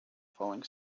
falling